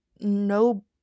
no